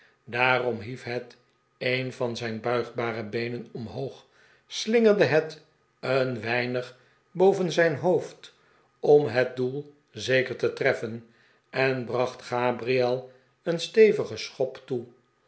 daarom hief het een van zijn buigzame beenen omhoog slingerde het een weinig boven zijn hoofd om zijn doel zeker te treffen en bracht gabriel een stevigen schop toe